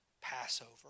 Passover